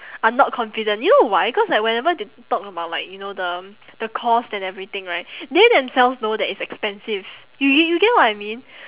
are not confident you know why cause like whenever they talk about like you know the the cost and everything right they themselves know that it's expensive you g~ you get what I mean